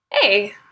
hey